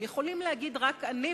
הם יכולים להגיד רק "אני",